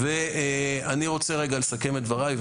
אני רוצה לסכם את דבריי,